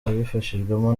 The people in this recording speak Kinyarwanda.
abifashijwemo